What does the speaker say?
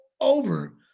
over